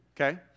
okay